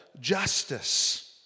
justice